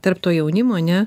tarp to jaunimo ane